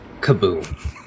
Kaboom